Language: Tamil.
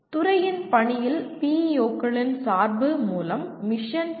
துறையின் பணியில் PEO களின் சார்பு மூலம் மிஷன் பி